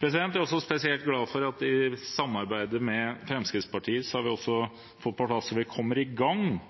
Jeg er også spesielt glad for at vi gjennom samarbeidet med Fremskrittspartiet kommer i gang